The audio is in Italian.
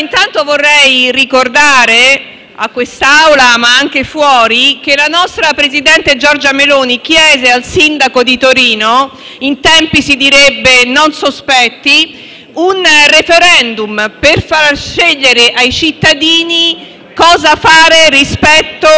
Intanto vorrei ricordare a questa Assemblea, ma anche fuori, che la nostra presidente Giorgia Meloni chiese al sindaco di Torino, in tempi si direbbe non sospetti, un *referendum* per far scegliere ai cittadini cosa fare rispetto alle